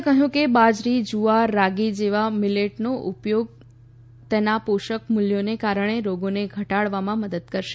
તેમણે કહ્યું કે બાજરી જુઆર રાગી જેવાં મીલેટ નો ઉપયોગ તેના પોષક મૂલ્યને કારણે રોગોને ઘટાડવામાં મદદ કરશે